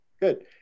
Good